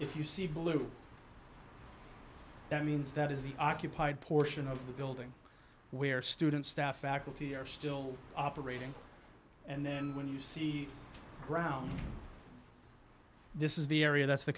if you see blue that means that is the occupied portion of the building where students staff faculty are still operating and then when you see ground this is the area that's the